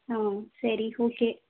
ಹಾಂ ಸರಿ ಓಕೆ